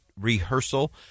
rehearsal